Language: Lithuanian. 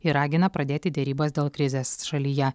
ir ragina pradėti derybas dėl krizės šalyje